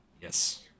yes